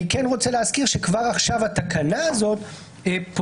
אני כן רוצה להזכיר שכבר עכשיו התקנה הזאת פותרת